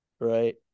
right